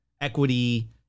equity